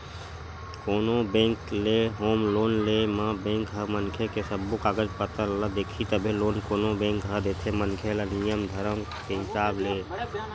कोनो बेंक ले home loan ले म बेंक ह मनखे के सब्बो कागज पतर ल देखही तभे लोन कोनो बेंक ह देथे मनखे ल नियम धरम के हिसाब ले